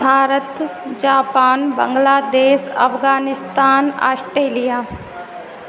Bharat Japan Bangladesh Afghanistan Australia